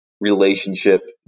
relationship